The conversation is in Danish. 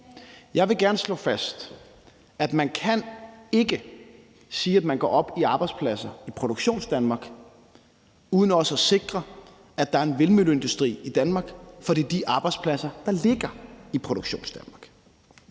Jeg vil gerne slå fast, at man ikke kan sige, at man går op i arbejdspladser i Produktionsdanmark, uden også at sikre, at der er en vindmølleindustri i Danmark. For det er de arbejdspladser, der ligger i Produktionsdanmark.